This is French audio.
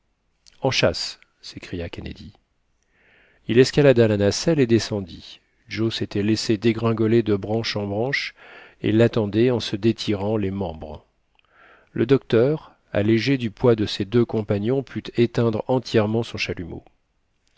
en chasse s'écria kennedy il escalada la nacelle et descendit joe s'était laissé dégringoler de branche en branche et l'attendait en se détirant les membres le docteur allégé du poids de ses deux compagnons put éteindre entièrement son chalumeau